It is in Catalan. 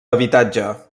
habitatge